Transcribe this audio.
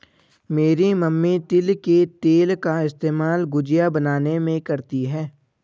मेरी मम्मी तिल के तेल का इस्तेमाल गुजिया बनाने में करती है